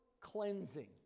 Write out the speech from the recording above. Cleansing